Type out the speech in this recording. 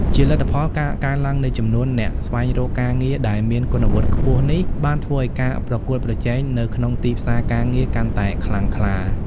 ជាលទ្ធផល ការកើនឡើងនៃចំនួនអ្នកស្វែងរកការងារដែលមានគុណវុឌ្ឍិខ្ពស់នេះ បានធ្វើឲ្យការប្រកួតប្រជែងនៅក្នុងទីផ្សារការងារកាន់តែខ្លាំងក្លា។